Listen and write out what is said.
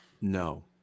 No